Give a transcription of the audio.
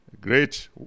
Great